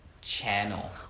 channel